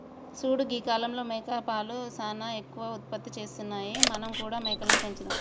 చూడు గీ కాలంలో మేకపాలు సానా ఎక్కువ ఉత్పత్తి చేస్తున్నాయి మనం కూడా మేకలని పెంచుదాం